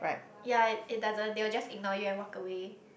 ya it doesn't they will just ignore you and walk away